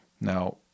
Now